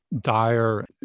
dire